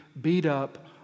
beat-up